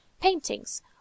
paintings